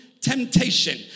temptation